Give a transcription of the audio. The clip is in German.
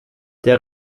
der